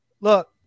look